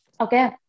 Okay